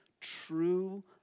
true